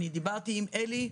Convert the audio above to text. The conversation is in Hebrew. שדיברתי עם עלי,